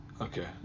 Okay